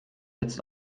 jetzt